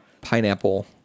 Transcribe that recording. pineapple